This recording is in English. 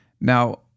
Now